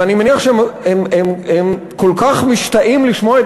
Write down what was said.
ואני מניח שהם כל כך משתאים לשמוע את